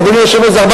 אדוני היושב-ראש,